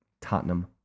Tottenham